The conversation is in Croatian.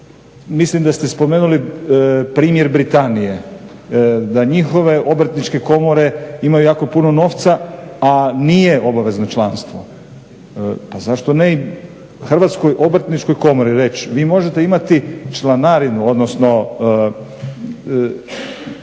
Mislim da ste spomenuli primjer Britanije, da njihove obrtničke komore imaju jako puno novca, a nije obavezno članstvo. Pa zašto ne i Hrvatskoj obrtničkoj komori reći vi možete imati članarinu, odnosno